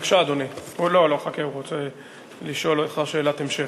בבקשה, אדוני, שאלת המשך.